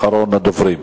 אחרון הדוברים.